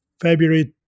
February